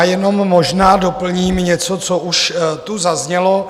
Jenom možná doplním něco, co už tu zaznělo.